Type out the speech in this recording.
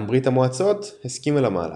גם ברית המועצות הסכימה למהלך.